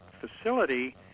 facility